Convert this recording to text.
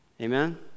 Amen